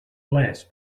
less